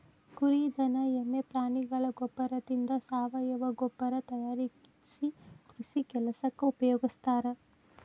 ಕುರಿ ದನ ಎಮ್ಮೆ ಪ್ರಾಣಿಗಳ ಗೋಬ್ಬರದಿಂದ ಸಾವಯವ ಗೊಬ್ಬರ ತಯಾರಿಸಿ ಕೃಷಿ ಕೆಲಸಕ್ಕ ಉಪಯೋಗಸ್ತಾರ